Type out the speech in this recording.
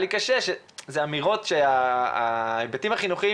היה לי קשה עם אמירות שההיבטים החינוכיים